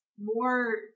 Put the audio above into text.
more